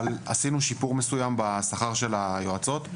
אבל עשינו שיפור מסוים בשכר של היועצות,